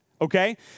okay